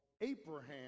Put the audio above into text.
Abraham